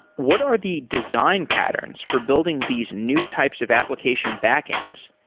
what are the design patterns for building these new types of application back-ends?